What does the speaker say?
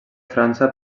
frança